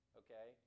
okay